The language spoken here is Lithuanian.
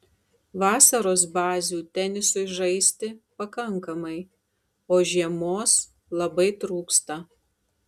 vasaros bazių tenisui žaisti pakankamai o žiemos labai trūksta